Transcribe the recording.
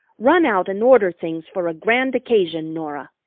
run out and order things for a grand occasion, norah.